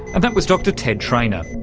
and that was dr ted trainer.